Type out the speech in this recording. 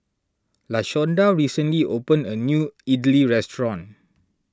Lashonda recently opened a new Idly restaurant